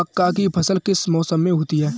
मक्का की फसल किस मौसम में होती है?